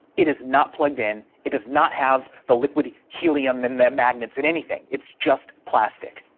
it is not plugged in. it does not have the liquid helium in their magnets in anything, it's just plastic.